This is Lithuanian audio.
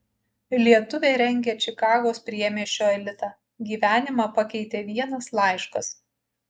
lietuvė rengia čikagos priemiesčio elitą gyvenimą pakeitė vienas laiškas